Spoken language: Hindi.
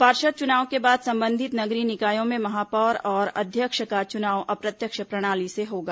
पार्षद चुनाव के बाद संबंधित नगरीय निकायों में महापौर और अध्यक्ष का चुनाव अप्रत्यक्ष प्रणाली से होगा